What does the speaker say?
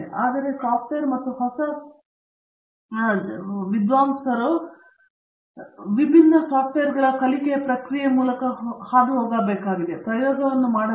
ಆದ್ದರಿಂದ ಅದು ಸಾಫ್ಟ್ವೇರ್ ಮತ್ತು ಹೊಸ comers ಅನ್ನು ವಿಭಿನ್ನ ಸಾಫ್ಟ್ ವೇರ್ಗಳ ಕಲಿಕೆಯ ಪ್ರಕ್ರಿಯೆ ಅಥವಾ ಅದು ತಯಾರಿಕೆ ಅಥವಾ ಪ್ರಯೋಗವೇ ಆಗಿರಲಿ